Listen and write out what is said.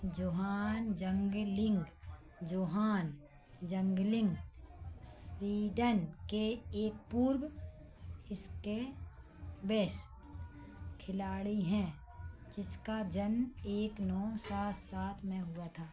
Johan Jungling Johan Jungling Sweden के एक पूर्व स्केवेश खिलाड़ी हैं जिसका जन्म एक नौ सात सात में हुआ था